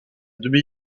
demi